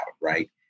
right